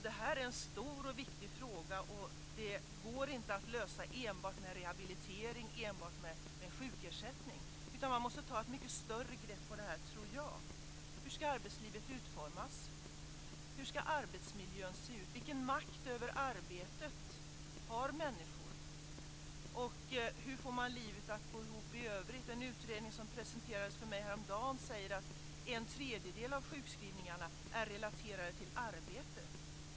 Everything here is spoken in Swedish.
Det här är en stor och viktig fråga, och det går inte att lösa den enbart med rehabilitering, enbart med sjukersättning. Man måste ta ett mycket större grepp om det här, tror jag. Hur ska arbetslivet utformas? Hur ska arbetsmiljön se ut? Vilken makt över arbetet har människor? Och hur får man livet att gå ihop i övrigt? En utredning som presenterades för mig häromdagen säger att en tredjedel av sjukskrivningarna är relaterade till arbetet.